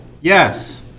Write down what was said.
Yes